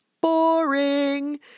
boring